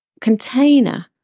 container